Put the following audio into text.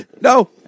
No